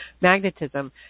magnetism